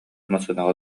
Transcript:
массыынаҕа